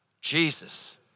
Jesus